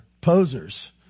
posers